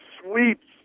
Sweeps